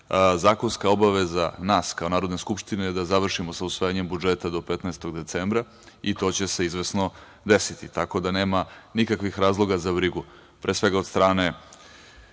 obaveza nas, kao Narodne skupštine, je da završimo sa usvajanjem budžeta do 15. decembra i to će se izvesno desiti, tako da nema nikakvih razloga za brigu,